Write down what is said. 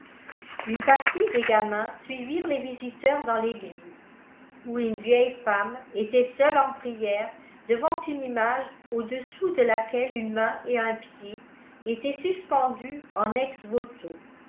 une partie des gamins suivirent les visiteurs dans l'église où une vieille femme était seule en prière devant une image au-dessous de laquelle une main et un pied étaient suspendus en